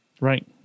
right